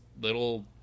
little